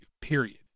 Period